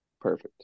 perfect